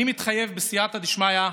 אני מתחייב, בסייעתא דשמיא,